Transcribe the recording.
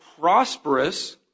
prosperous